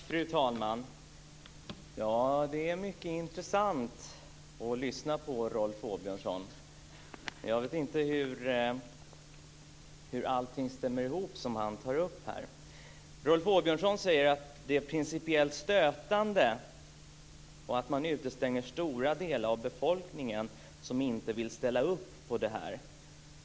Fru talman! Det är mycket intressant att lyssna på Rolf Åbjörnsson. Jag vet inte hur allt som han tar upp stämmer. Rolf Åbjörnsson säger att det är principiellt stötande och att man utestänger stora delar av befolkningen som inte vill ställa upp på detta.